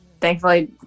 Thankfully